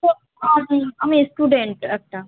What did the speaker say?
তো আমি আমি স্টুডেন্ট একটা